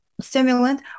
stimulant